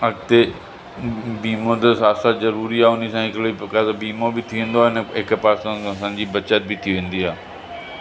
अॻिते बीमो त साथ साथ ज़रूरी आहे हुन सां हिकिड़े प्रकार जो बीमो बि थी वेंदो आहे हिकु पासे असांजी बचति बि थी वेंदी आहे